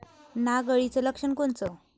नाग अळीचं लक्षण कोनचं?